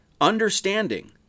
understanding